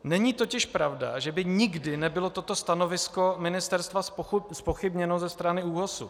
Není totiž pravda, že by nikdy nebylo toto stanovisko ministerstva zpochybněno ze strany ÚOHS.